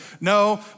No